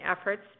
efforts